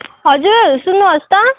हजुर सुन्नुहोस् त